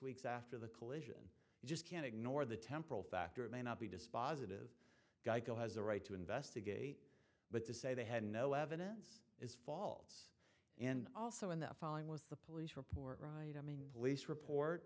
weeks after the collision you just can't ignore the temporal factor may not be dispositive geico has the right to investigate but to say they had no evidence is faults and also in the following was the police report right i mean police report